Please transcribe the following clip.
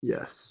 Yes